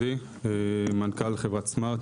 אחת,